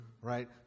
right